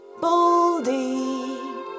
Baldy